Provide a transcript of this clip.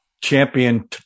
champion